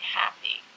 happy